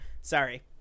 sorry